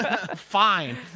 fine